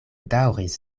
daŭris